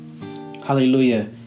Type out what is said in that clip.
Hallelujah